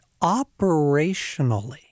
operationally